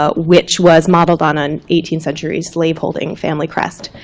ah which was modeled on an eighteenth century slave-holding family crest.